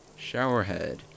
Showerhead